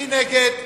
מי נגד?